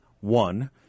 one